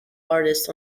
artist